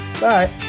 bye